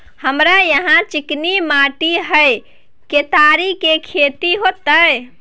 हमरा यहाँ चिकनी माटी हय केतारी के खेती होते?